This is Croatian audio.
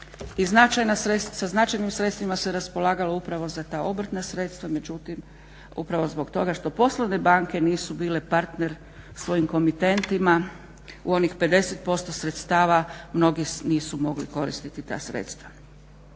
sa značajnim sredstvima se raspolagalo upravo za ta obrtna sredstva međutim upravo zbog toga što poslovne banke nisu bile partner svojim komitentima u onih 50% sredstava mnogi nisu mogli koristiti ta sredstva.